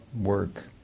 work